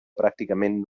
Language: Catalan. pràcticament